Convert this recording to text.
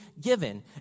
given